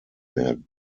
werden